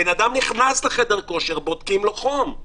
אדם נכנס לחדר כושר, בודקים לו חום.